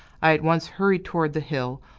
i at once hurried toward the hill,